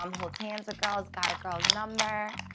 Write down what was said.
um holds hands with girls, got a girls number,